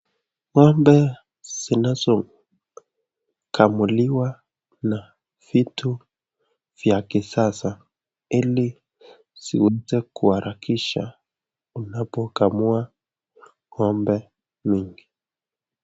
Ng'ombe zinazokamuliwa na vitu vya kisasa ili ziweze kuharakisha unapokamua ng'ombe mingi.